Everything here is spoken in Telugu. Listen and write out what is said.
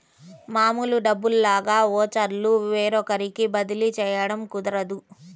మామూలు డబ్బుల్లాగా ఓచర్లు వేరొకరికి బదిలీ చేయడం కుదరదు